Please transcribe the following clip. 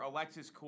Alexis